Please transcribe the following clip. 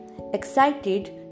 excited